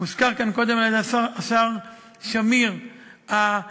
הוזכרו כאן קודם על-ידי השר שמיר האהבה